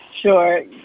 Sure